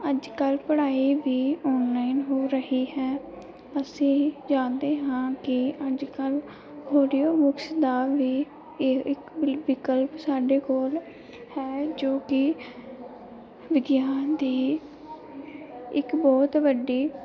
ਅੱਜ ਕੱਲ੍ਹ ਪੜ੍ਹਾਈ ਵੀ ਔਨਲਾਈਨ ਹੋ ਰਹੀ ਹੈ ਅਸੀਂ ਜਾਣਦੇ ਹਾਂ ਕਿ ਅੱਜ ਕੱਲ੍ਹ ਆਡੀਓ ਬੁੱਕਸ ਦਾ ਵੀ ਇਹ ਇੱਕ ਵਿਕਲਪ ਸਾਡੇ ਕੋਲ ਹੈ ਜੋ ਕਿ ਵਿਗਿਆਨ ਦੀ ਇੱਕ ਬਹੁਤ ਵੱਡੀ